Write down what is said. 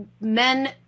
men